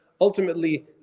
ultimately